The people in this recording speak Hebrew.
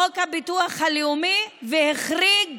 חוק הביטוח הלאומי, והחריג